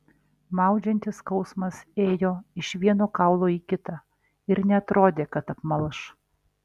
maudžiantis skausmas ėjo iš vieno kaulo į kitą ir neatrodė kad apmalš